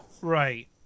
Right